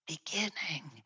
beginning